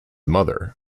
mother